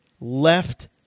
left